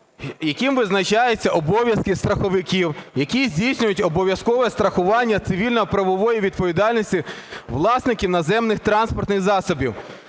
яким визначаються обов'язки страховиків, які здійснюють обов'язкове страхування цивільно-правової відповідальності власників наземних транспортних засобів.